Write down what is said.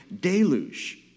deluge